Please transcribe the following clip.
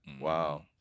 Wow